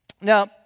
Now